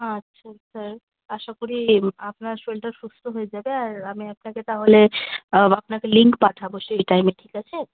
আচ্ছা স্যার আশা করি আপনার শরীরটা সুস্থ হয়ে যাবে আর আমি আপনাকে তাহলে আপনাকে লিঙ্ক পাঠাবো সেই টাইমে ঠিক আছে